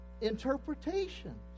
interpretations